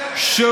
מסית, גזען.